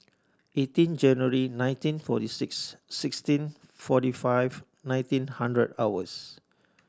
eighteen January nineteen forty six sixteen forty five nineteen hundred hours